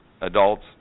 adults